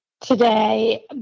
today